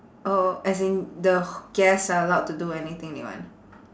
oh as in the h~ guests are allowed to do anything they want